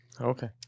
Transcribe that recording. Okay